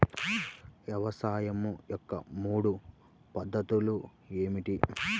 వ్యవసాయం యొక్క మూడు పద్ధతులు ఏమిటి?